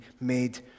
made